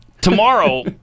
Tomorrow